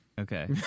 Okay